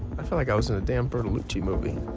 i felt like i was in a damn bertolucci movie.